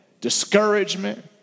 discouragement